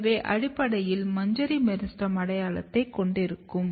எனவே அடிப்படையில் மஞ்சரி மெரிஸ்டெம் அடையாளத்தைக் கொண்டிருக்கும்